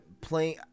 playing